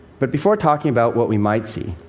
but before talking about what we might see,